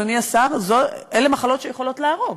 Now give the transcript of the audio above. אדוני השר אלה מחלות שיכולות להרוג.